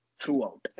throughout